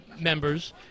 members